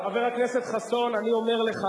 הרי זה לא תמים, אתה יודע את